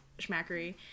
Schmackery